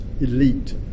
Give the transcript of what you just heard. elite